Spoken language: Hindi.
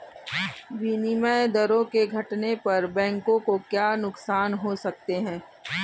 विनिमय दरों के घटने पर बैंकों को क्या नुकसान हो सकते हैं?